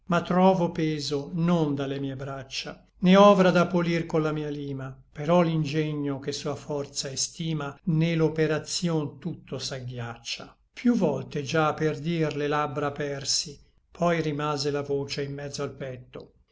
ma trovo peso non da le mie braccia né ovra da polir colla mia lima però l'ingegno che sua forza extima ne l'operatïon tutto s'agghiaccia piú volte già per dir le labbra apersi poi rimase la voce in mezzo l pecto